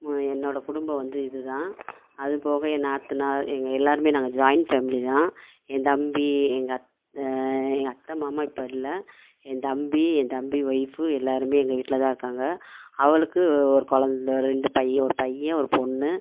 என்னோடய குடும்பம் வந்து இதுதான் அதுபோக என் நாத்தனார் எங்கள் எல்லோருமே நாங்கள் ஜாயிண்ட் ஃபேம்லி தான் என் தம்பி எங்கள் அத்தை எங்கள் அத்தை மாமா இப்போ இல்லை என் தம்பி என் தம்பி ஒய்ஃபு எல்லோருமே எங்கள் வீட்டில தான் இருக்காங்கள் அவளுக்கு ஒரு குலந்த ரெண்டு பையன் ஒரு பையன் ஒரு பொண்ணு